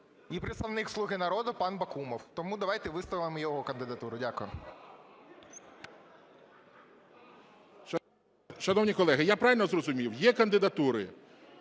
і представник "Слуги народу" пан Бакумов. Тому давайте виставимо його кандидатуру. Дякую. ГОЛОВУЮЧИЙ. Шановні колеги, я правильно зрозумів, є кандидатури